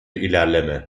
ilerleme